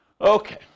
Okay